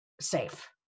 safe